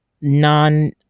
non